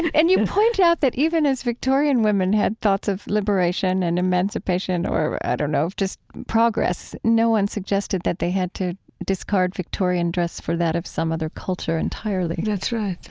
and you point out that, even as victorian women had thoughts of liberation and emancipation or, i don't know, just progress, no one suggested that they had to discard victorian dress for that of some other culture entirely that's right.